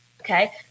Okay